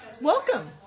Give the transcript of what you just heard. Welcome